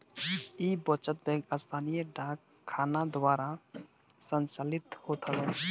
इ बचत बैंक स्थानीय डाक खाना द्वारा संचालित होत हवे